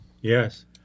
Yes